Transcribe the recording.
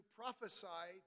prophesy